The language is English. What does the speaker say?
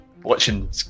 watching